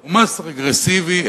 הוא רגרסיבי,